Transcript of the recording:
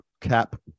cap